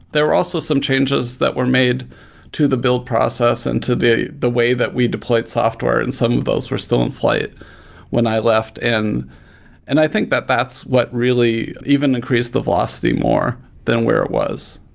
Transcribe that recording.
there were also some changes that were made to the build process and to the the way that we deployed software, and some of those were still in flight when i left. and i think that that's what really even increased the velocity more than where it was.